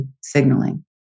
signaling